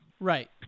Right